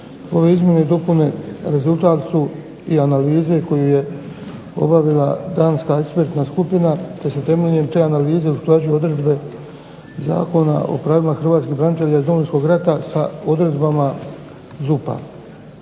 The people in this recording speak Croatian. Ove izmjene i dopune rezultat su i analize koju je obavila danska ekspertna skupina te se temeljem te analize usklađuju odredbe Zakona o pravima hrvatskih branitelja iz Domovinskog rata sa odredbama ZUP-a.